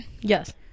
Yes